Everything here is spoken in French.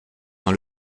dans